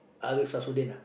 Ariff-Samsuddin ah